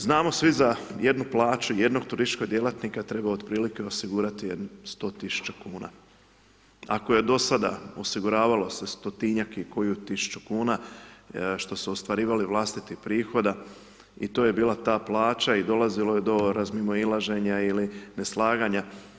Znamo svi za jednu plaću, jednog turističkog djelatnika treba otprilike osigurati 100.000,00 kn ako je do sada osiguravalo se 100-tinjak i koju tisuću kuna, što su ostvarivali vlastitih prihoda i to je bila ta plaća i dolazilo je do razmimoilaženja ili neslaganja.